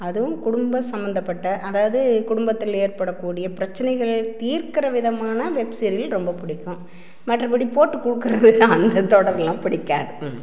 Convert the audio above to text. அதுவும் குடும்ப சம்மந்தப்பட்ட அதாவது குடும்பத்தில் ஏற்பட கூடிய பிரச்சனைகள் தீர்க்கிற விதமான வெப் சீரியல் ரொம்ப பிடிக்கும் மற்ற படி போட்டு கொடுக்குறது அந்த தொடர்லாம் பிடிக்காது ம்